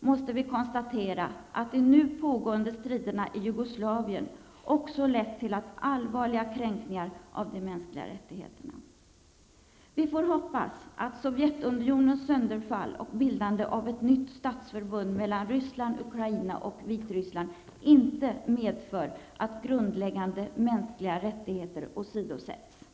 måste vi konstatera att de nu pågående striderna i Jugoslavien också har lett till allvarliga kränkningar av de mänskliga rättigheterna. Vi får hoppas att Sovjetunionens sönderfall och bildandet av ett nytt statsförbund mellan Ryssland, Ukraina och Vitryssland inte medför att grundläggande mänskliga rättigheter åsidosätts.